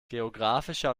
geographischer